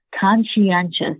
conscientious